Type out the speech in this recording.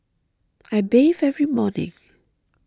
I bathe every morning